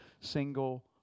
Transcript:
single